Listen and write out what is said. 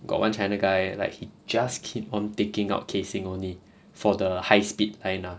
got one china guy like he just keep on taking out casing only for the high speed line lah